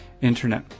internet